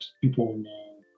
people